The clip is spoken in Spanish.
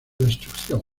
destrucción